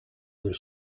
del